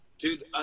Dude